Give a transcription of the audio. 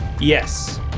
yes